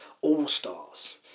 All-Stars